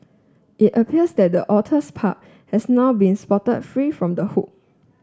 it appears that the otters pup has now been spotted free from the hook